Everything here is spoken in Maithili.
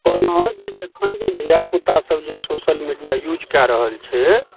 कहलहुँ जे एखन जे धिआपुतासब जे सोशल मिडिया यूज कए रहल छै